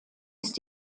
ist